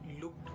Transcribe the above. looked